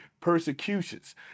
Persecutions